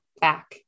back